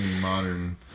modern